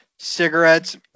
Cigarettes